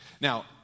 Now